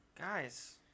Guys